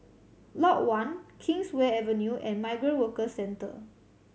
Lot One Kingswear Avenue and Migrant Workers Centre